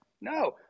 No